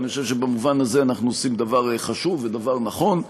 ואני חושב שבמובן הזה אנחנו עושים דבר חשוב ודבר נכון.